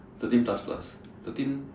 thirteen plus plus thirteen